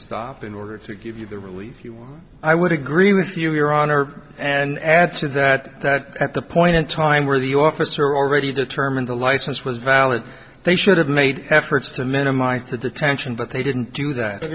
stop in order to give you the relief you want i would agree with you your honor and add to that that at the point in time where the officer already determined the license was valid they should have made efforts to minimize to detention but they didn't do that